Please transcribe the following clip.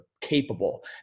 capable